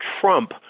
Trump